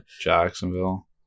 Jacksonville